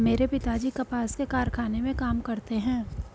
मेरे पिताजी कपास के कारखाने में काम करते हैं